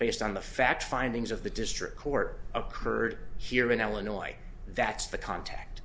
based on the fact findings of the district court occurred here in illinois that's the contact